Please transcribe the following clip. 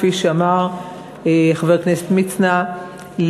כפי שאמר חבר הכנסת מצנע,